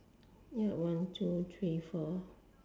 ya one two three four